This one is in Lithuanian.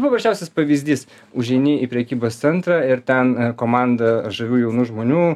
paprasčiausias pavyzdys užeini į prekybos centrą ir ten komanda žavių jaunų žmonių